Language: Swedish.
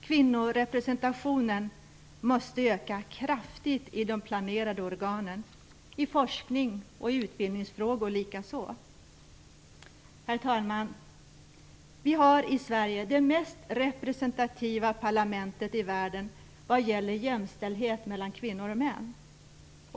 Kvinnorepresentationen måste öka kraftigt i de planerande organen, i forskning och i utbildning likaså. Herr talman! Vi har i Sverige det mest representativa parlamentet i världen när det gäller jämställdhet mellan kvinnor och män.